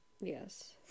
Yes